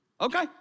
Okay